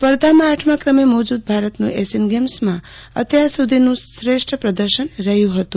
સ્પર્ધામાં આઠમા ક્રમે મોજુદ ભારતનું એશિયન ગેમ્સમાં અત્યાર સુ ધીનું શ્રેષ્ઠ પ્રદર્શન રહ્યું હતું